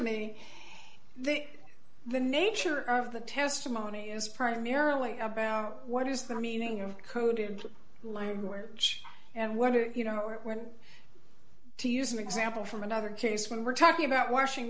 me the nature of the testimony is primarily about what is the meaning of coded language and what are you know when to use an example from another case when we're talking about washing